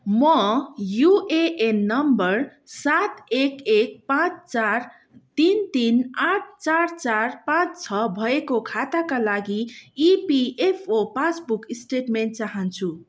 म UAN number सात एक एक पाँच चार तिन तिन आठ चार चार पाँच छ भएको खाताका लागि इपिएफओ पासबुक स्टेटमेन्ट चाहन्छु